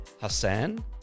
Hassan